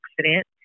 accident